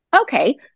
okay